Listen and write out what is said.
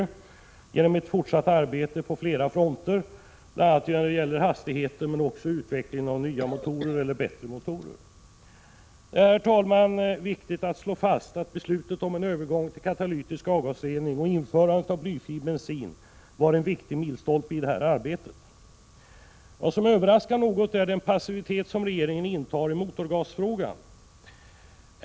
Det är alltså fråga om ett fortsatt arbete på flera fronter, bl.a. när det gäller hastigheter men också när det gäller utvecklingen av nya eller bättre motorer. Det är, herr talman, viktigt att slå fast att beslutet om en övergång till katalytisk avgasrening och införandet av blyfri bensin var en viktig milstolpe i detta arbete. Vad som överraskar är den passivitet som regeringen intar i motorgasfrågan.